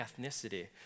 ethnicity